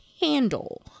handle